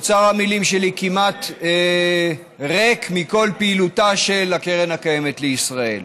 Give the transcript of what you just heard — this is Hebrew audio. אוצר המילים שלי כמעט ריק מכל פעילותה של הקרן הקיימת לישראל.